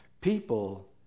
People